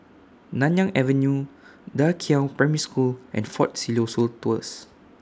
Nanyang Avenue DA Qiao Primary School and Fort Siloso Tours